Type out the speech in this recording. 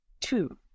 two